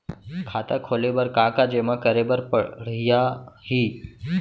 खाता खोले बर का का जेमा करे बर पढ़इया ही?